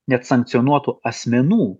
net sankcionuotų asmenų